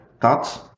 Thoughts